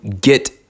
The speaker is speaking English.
get